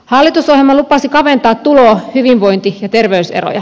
hallitusohjelma lupasi kaventaa tulo hyvinvointi ja terveyseroja